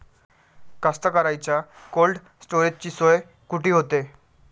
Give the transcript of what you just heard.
कास्तकाराइच्या कोल्ड स्टोरेजची सोय कुटी होते?